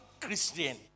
Christian